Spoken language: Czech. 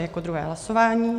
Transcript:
Jako druhé hlasování.